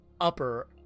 upper